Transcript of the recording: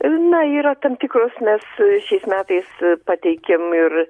na yra tam tikros mes šiais metais pateikėm ir